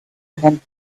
him